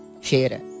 Share